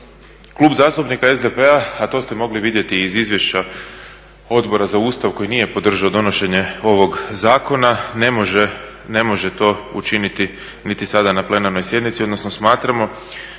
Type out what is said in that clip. Klub Zastupnika SDP-a a to ste mogli vidjeti i iz izvješća Odbora za Ustav koji nije podržao donošenje ovog zakona, ne može to učiniti niti sada na plenarnoj sjednici, odnosno smatramo